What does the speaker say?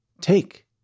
Take